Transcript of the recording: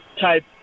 type